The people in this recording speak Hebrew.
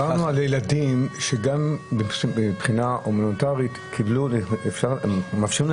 אבל שמענו על אנשים שמבחינה הומניטרית מאפשרים להם